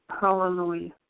Hallelujah